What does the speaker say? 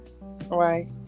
Right